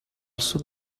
sud